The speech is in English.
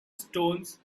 stones